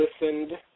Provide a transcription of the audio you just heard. listened